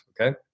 Okay